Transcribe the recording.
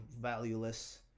valueless